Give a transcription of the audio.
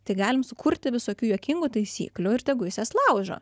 tai galim sukurti visokių juokingų taisyklių ir tegu jis jas laužo